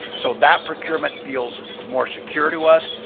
so that procurement feels more secure to us.